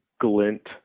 glint